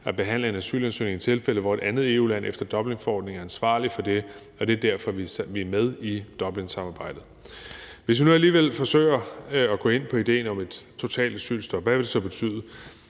at behandle en asylansøgning i tilfælde, hvor et andet EU-land efter Dublinforordningen er ansvarlig for det, og det er derfor, vi er med i Dublinsamarbejdet. Hvis vi nu alligevel forsøger at gå med på idéen om et totalt asylstop, hvad vil det så betyde?